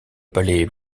palais